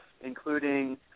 including